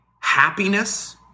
Happiness